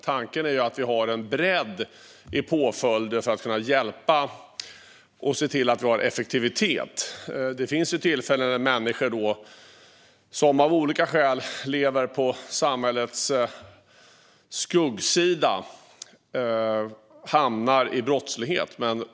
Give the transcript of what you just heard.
Tanken är att det finns en bredd i påföljden för att det ska bli effektivitet. Det finns tillfällen när människor, som av olika skäl lever på samhällets skuggsida, hamnar i brottslighet.